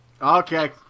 Okay